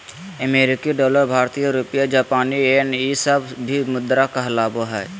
अमेरिकी डॉलर भारतीय रुपया जापानी येन ई सब भी मुद्रा कहलाबो हइ